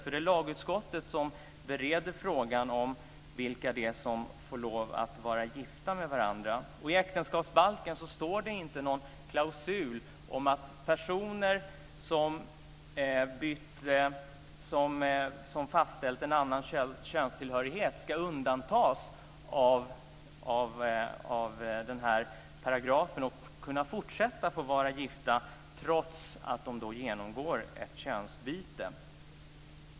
Det är lagutskottet som bereder frågan om vilka som får lov att vara gifta med varandra. I äktenskapsbalken finns det inte någon klausul om att personer som fastställt en annan könstillhörighet ska undantas av paragrafen och kunna fortsätta att vara gifta trots att de genomgår ett könsbyte.